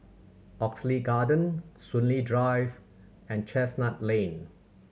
Oxley Garden Soon Lee Drive and Chestnut Lane